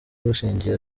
bushingiye